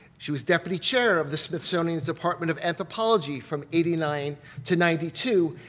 she was deputy chair of the smithsonian's department of anthropology from eighty nine to ninety two,